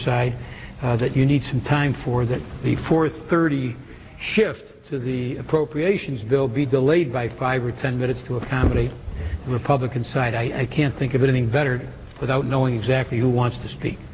side that you need some time for that before thirty shift to the appropriations bill be delayed by five or ten minutes to accommodate republican side i can't think of anything better without knowing exactly who wants to speak